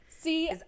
See